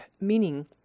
meaning